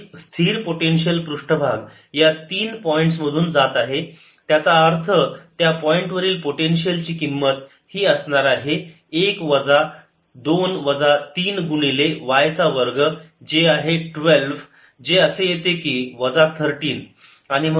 एक स्थिर पोटेन्शियल पृष्ठभाग या 3 पॉईंट्स मधून जात आहे त्याचा अर्थ त्या पॉईंट वरील पोटेन्शियल ची किंमत ही असणार आहे 1 वजा 2 वजा 3 गुणिले y चा वर्ग जे आहे 12 जे असे येते की वजा 13